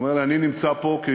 הוא אומר לי: אני נמצא פה כי